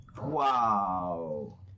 Wow